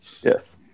yes